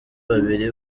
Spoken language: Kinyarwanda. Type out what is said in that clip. babiri